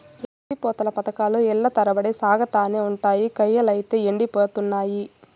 ఎత్తి పోతల పదకాలు ఏల్ల తరబడి సాగతానే ఉండాయి, కయ్యలైతే యెండిపోతున్నయి